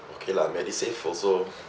okay lah MediSave also